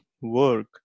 work